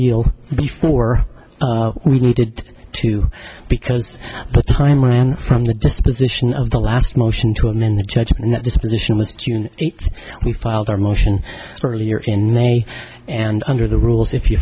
appeal before we needed to because the time around from the disposition of the last motion to amend the judgment disposition was june eighth we filed our motion earlier in may and under the rules if you